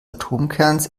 atomkerns